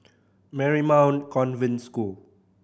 Marymount Convent School